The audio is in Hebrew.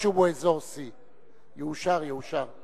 אפילו שהוא אזור C. יאושר, יאושר.